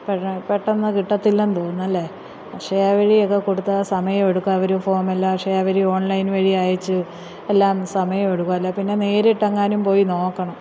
പെട്ടെന്ന് കിട്ടത്തില്ലെന്ന് തോന്നുന്നല്ലേ അക്ഷയ വഴിയൊക്കെ കൊടുത്താല് സമയമെടുക്കും അവര് ഫോമെല്ലാം അക്ഷയ അവര് ഓൺലൈൻ വഴി അയച്ച് എല്ലാം സമയമെടുക്കും അല്ലേ പിന്നെ നേരിട്ടെങ്ങാനും പോയി നോക്കണം